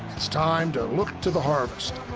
it's time to look to the harvest.